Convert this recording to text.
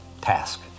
task